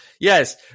Yes